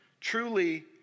truly